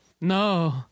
No